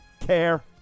Care